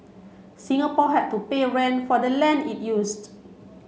Singapore had to pay rent for the land it used